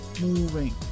moving